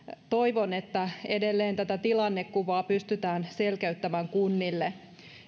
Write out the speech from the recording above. toivon että edelleen tätä tilannekuvaa pystytään selkeyttämään kunnille